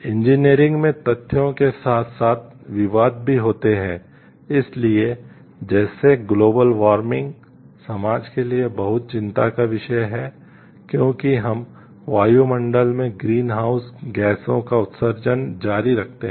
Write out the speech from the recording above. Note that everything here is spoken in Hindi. इंजीनियरिंग का उत्सर्जन जारी रखते हैं